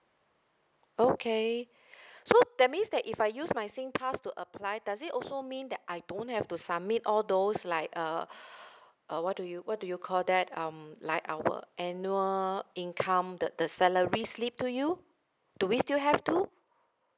okay so that means that if I use my singpass to apply does it also mean that I don't have to submit all those like uh uh what do you what do you call that um like our annual income the the salary slip to you do we still have to